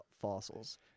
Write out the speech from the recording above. fossils